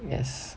yes